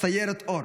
"סיירת אור",